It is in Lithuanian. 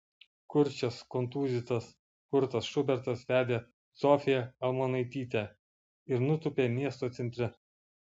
kurčias kontūzytas kurtas šubertas vedė zofiją almonaitytę ir nutūpė miesto centre